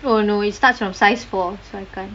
oh no it starts from size four so I can't